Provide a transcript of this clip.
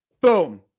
boom